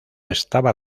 estaba